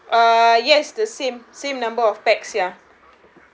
uh yes the same same number of pax ya